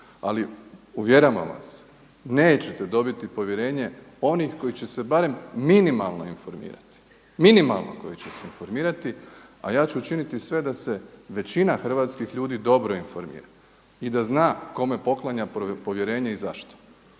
ali uvjeravam vas nećete dobiti povjerenje onih koji će se barem minimalno informirati, minimalno koji će se informirati, a ja ću učiniti sve da se većina hrvatskih ljudi dobro informira i da zna kome poklanja povjerenje i zašto.